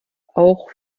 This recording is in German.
auch